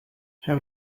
how